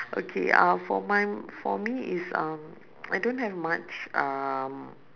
okay uh for mine for me it's um I don't have much um